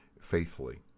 faithfully